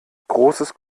großes